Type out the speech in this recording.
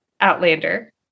Outlander